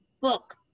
book